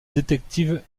détective